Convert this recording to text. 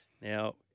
Now